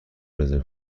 رزرو